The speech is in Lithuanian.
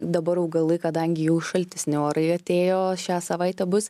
dabar augalai kadangi jau šaltesni orai atėjo šią savaitę bus